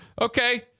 okay